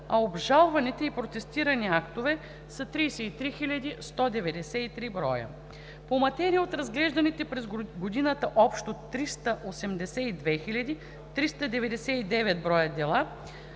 а обжалваните и протестираните актове са 33 193 броя. По материя от разглежданите през годината общо 382 399 броя дела